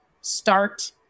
start